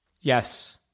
Yes